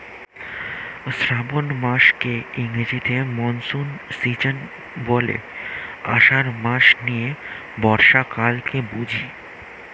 শ্রাবন মাসকে ইংরেজিতে monsoon season বলে, আষাঢ় মাস নিয়ে বর্ষাকালকে বুঝি